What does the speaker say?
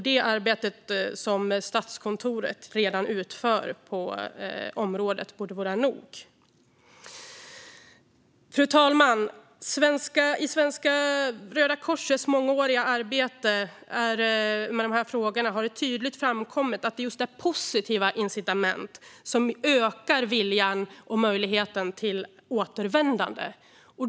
Det arbete som Statskontoret redan utför på området borde vara nog. Fru talman! I Svenska Röda Korsets mångåriga arbete med dessa frågor har det tydligt framkommit att det är just positiva incitament som ökar viljan till och möjligheten för återvändande.